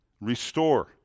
restore